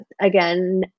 again